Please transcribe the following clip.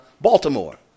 Baltimore